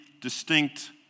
distinct